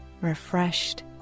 refreshed